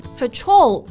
patrol